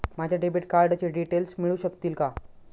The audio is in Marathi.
माझ्या डेबिट कार्डचे डिटेल्स मिळू शकतील का?